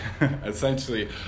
essentially